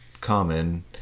common